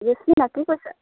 ৰেচমিনা কি কৰিছা